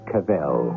Cavell